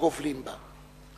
הגובלים בה.